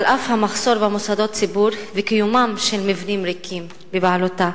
על אף המחסור במוסדות ציבור וקיומם של מבנים ריקים בבעלותה.